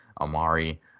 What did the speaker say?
Amari